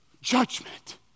judgment